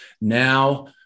now